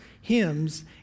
hymns